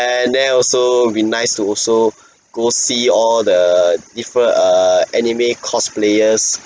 and then also would be nice to also go see all the different err anime cosplayers